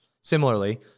Similarly